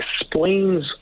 explains